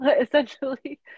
essentially